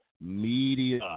Media